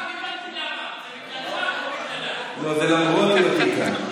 עכשיו הבנתי למה, זה למרות היותי כאן.